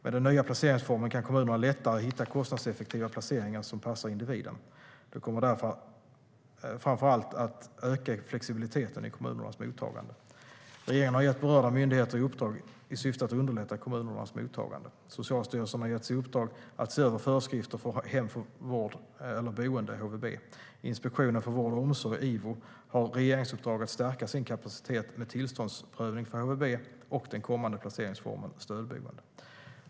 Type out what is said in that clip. Med den nya placeringsformen kan kommunerna lättare hitta kostnadseffektiva placeringar som passar individen. Det kommer framför allt att öka flexibiliteten i kommunernas mottagande. Regeringen har gett berörda myndigheter uppdrag i syfte att underlätta kommunernas mottagande. Socialstyrelsen har getts i uppdrag att se över föreskrifter för hem för vård eller boende, HVB. Inspektionen för vård och omsorg, Ivo, har ett regeringsuppdrag att stärka sin kapacitet med tillståndsprövning för HVB och den kommande placeringsformen stödboende.